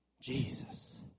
Jesus